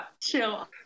Chill